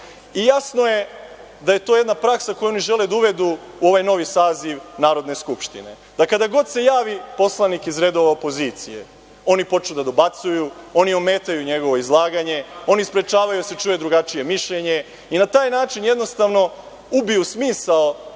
SNS.Jasno je da je to jedna praksa koju oni žele da uvedu u ovaj novi saziv Narodne skupštine, da kada god se javi poslanik iz redova opozicije, oni počnu da dobacuju, oni ometaju njegovo izlaganje, oni sprečavaju da se čuje drugačije mišljenje i na taj način jednostavno ubiju smisao